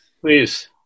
please